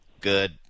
good